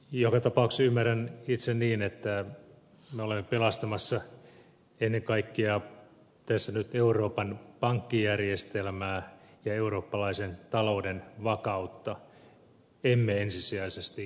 joka tapauksessa ymmärrän itse niin että me olemme pelastamassa ennen kaikkea tässä nyt euroopan pankkijärjestelmää ja eurooppalaisen talouden vakautta emme ensisijaisesti kreikkaa